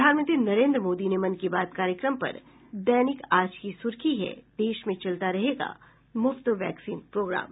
प्रधानमंत्री नरेन्द्र मोदी के मन की बात कार्यक्रम पर दैनिक आज की सुर्खी है देश में चलता रहेगा मुफ्त वैक्सीन प्रोग्राम